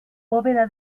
bóveda